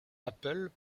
apple